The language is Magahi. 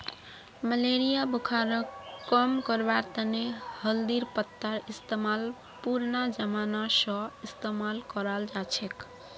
मलेरिया बुखारक कम करवार तने हल्दीर पत्तार इस्तेमाल पुरना जमाना स इस्तेमाल कराल जाछेक